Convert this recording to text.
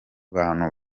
bantu